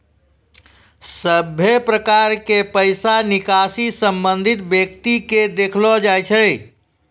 सभे प्रकार के पैसा निकासी संबंधित व्यक्ति के देखैलो जाय छै